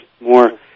more